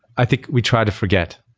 i think we try to forget.